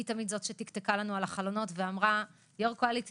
היא תמיד זאת שתקתקה לנו על החלונות ואמרה: יו"ר קואליציה,